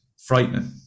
frightening